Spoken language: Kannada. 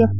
ಎಫ್